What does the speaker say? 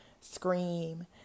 scream